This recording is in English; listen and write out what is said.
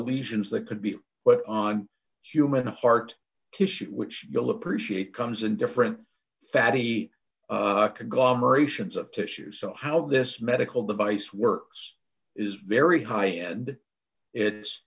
lesions that could be but on human heart tissue which you'll appreciate comes in different fatty conglomerations of tissue so how this medical device works is very high and it's